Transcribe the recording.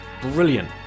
brilliant